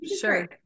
Sure